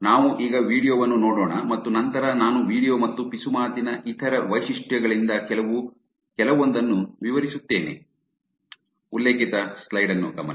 ನಾವು ಈಗ ವೀಡಿಯೊ ವನ್ನು ನೋಡೋಣ ಮತ್ತು ನಂತರ ನಾನು ವೀಡಿಯೊ ಮತ್ತು ಪಿಸುಮಾತಿನ ಇತರ ವೈಶಿಷ್ಟ್ಯಗಳಿಂದ ಕೆಲವು ಕೆಲವೊಂದನ್ನು ವಿವರಿಸುತ್ತೇನೆ